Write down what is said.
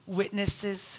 witnesses